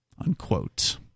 unquote